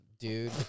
Dude